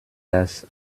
das